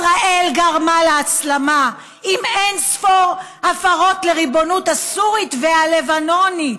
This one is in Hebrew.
ישראל גרמה להסלמה "עם אין-ספור הפרות לריבונות הסורית והלבנונית,